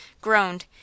groaned